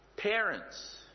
Parents